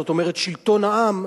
זאת אומרת: שלטון העם,